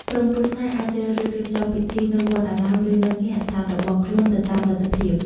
ក្រុមគ្រួសារអាចជ្រើសរើសរៀបចំពិធីនៅ វត្តអារាម ឬនៅ គេហដ្ឋាន របស់ខ្លួន ទៅតាមលទ្ធភាព។